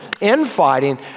infighting